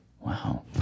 Wow